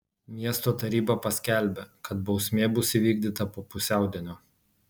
miesto taryba paskelbė kad bausmė bus įvykdyta po pusiaudienio